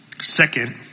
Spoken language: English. Second